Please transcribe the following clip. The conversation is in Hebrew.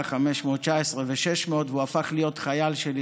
519 ו-600 והוא הפך להיות חייל שלי,